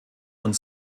und